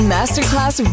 Masterclass